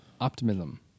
Optimism